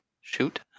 shoot